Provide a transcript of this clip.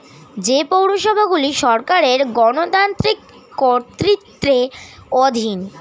যে পৌরসভাগুলি সরকারের গণতান্ত্রিক কর্তৃত্বের অধীন